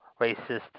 racist